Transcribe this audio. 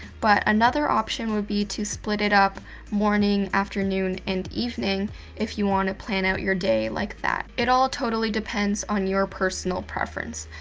but another option would be to split it up morning, afternoon and evening if you want to plan out your day like that. it all totally depends on your personal preference.